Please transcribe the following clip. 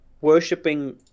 worshipping